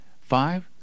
Five